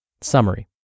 Summary